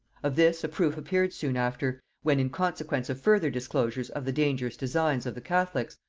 of this a proof appeared soon after, when in consequence of further disclosures of the dangerous designs of the catholics,